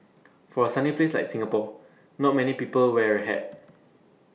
for A sunny place like Singapore not many people wear A hat